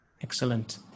Excellent